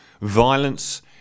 Violence